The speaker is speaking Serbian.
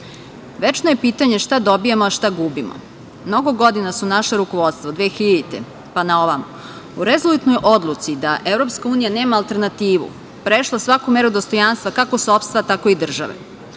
je pitanje šta dobijamo a šta gubimo? Mnogo godina su naša rukovodstva, od 2000. pa naovamo, u rezolutnoj odluci da Evropska unija nema alternativu prešla svaku meru dostojanstva, kako sopstva tako i države. Ovaj